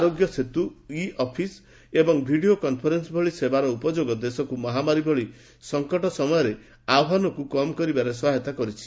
ଆରୋଗ୍ୟ Setu e office ଏବଂ video conference ଭଳି ସେବାର ଉପଯୋଗ ଦେଶକୁ ମହାମାରୀ ଭଳି ସଙ୍କଟ ସମୟରେ ଆହ୍ୱାନକୁ କମ୍ କରିବାରେ ସହାୟତା କରିଛି